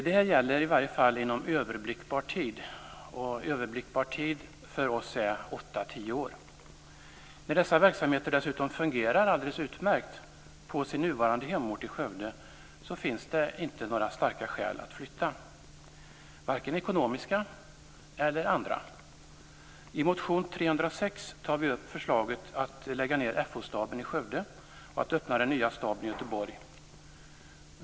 Det här gäller i alla fall inom överblickbar tid. Överblickbar tid för oss är 8-10 år. När dessa verksamheter dessutom fungerar alldeles utmärkt på sin nuvarande hemort, i Skövde, finns det inte några starka skäl att flytta - varken ekonomiska eller andra. I motion 306 tar vi upp förslaget att lägga ned FO staben i Skövde och öppna den nya staben i Göteborg.